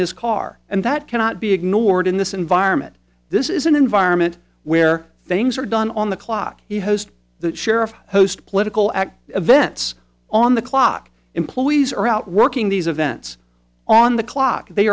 his car and that cannot be ignored in this environment this is an environment where things are done on the clock he hosts the sheriff host political act events on the clock employees are out working these events on the clock they